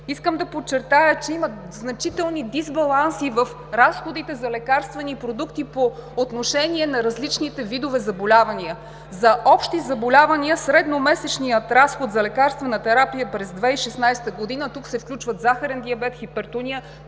Искам да подчертая, че има значителни дисбаланси в разходите за лекарствени продукти по отношение на различните видове заболявания. За общи заболявания средномесечният разход за лекарствена терапия през 2016 г. – тук се включват захарен диабет, хипертония,